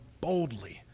boldly